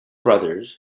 brothers